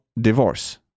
divorce